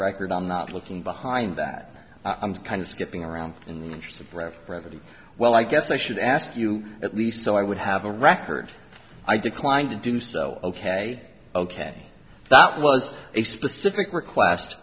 record i'm not looking behind that i'm kind of skipping around in the interest of pretty well i guess i should ask you at least so i would have a record i declined to do so ok ok that was a specific request